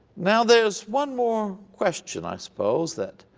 now there is one more question, i suppose, that